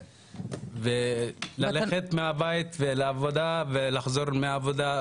ללכת מהבית לעבודה ולחזור הביתה